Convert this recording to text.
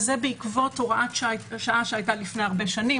זה בעקבות הוראת שעה שהיתה לפני הרבה שנים,